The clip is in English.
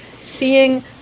seeing